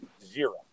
Zero